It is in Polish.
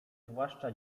zwłaszcza